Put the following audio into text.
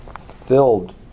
filled